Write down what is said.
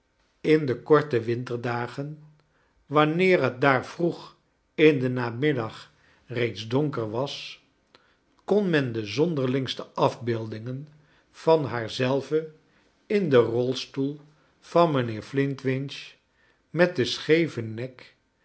in de korte winterdagen wanneer het daar vroeg in den namiddag reeds donker was kon men de zonderlingste afbeeldingen van haar zelve in den rolstoel van mrjnheer flintwinch met den scheven nek